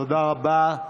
תודה רבה,